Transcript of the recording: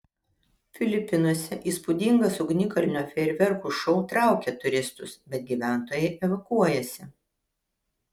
filipinuose įspūdingas ugnikalnio fejerverkų šou traukia turistus bet gyventojai evakuojasi